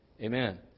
amen